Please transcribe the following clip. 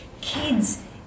kids